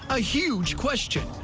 a huge question,